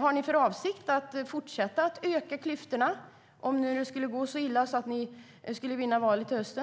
Har ni för avsikt att fortsätta att öka klyftorna, om det nu skulle gå så illa att ni vinner valet i höst?